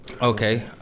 Okay